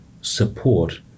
support